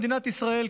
במדינת ישראל,